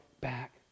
back